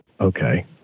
Okay